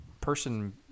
person